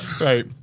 Right